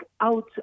out